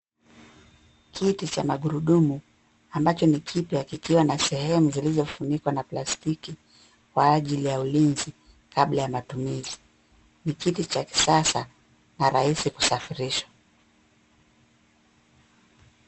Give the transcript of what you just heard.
Kiti cha magurudumu ambacho ni kipya kikiwa na sehemu zilizofunikwa na plastiki kwa ajili ya ulinzi kabla ya matumizi. Ni kiti cha kisasa na rahisi kusafirisha.